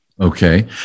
Okay